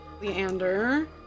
Leander